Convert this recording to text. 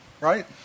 right